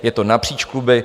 Je to napříč kluby.